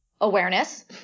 awareness